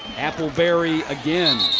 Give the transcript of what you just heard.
appleberry, again.